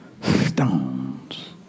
stones